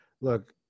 look